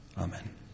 Amen